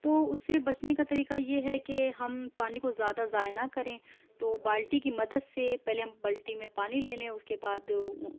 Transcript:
تو اس سے بچنے کا طریقہ یہ ہے کہ ہم پانی کو زیادہ ضائع نہ کریں تو بالٹی کی مدد سے پہلے ہم بالٹی میں پانی لے لیں اس کے بعد